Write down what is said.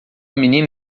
menina